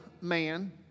man